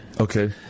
Okay